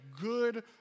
good